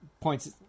points